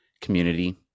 community